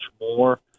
more